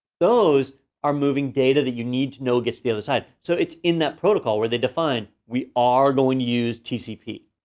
those are moving data that you need to know gets to the other side, so it's in that protocol where they define, we are going to use tcp.